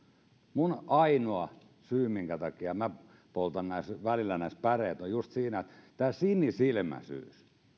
ainoa syy minkä takia minä poltan välillä näissä päreet on just tämä sinisilmäisyys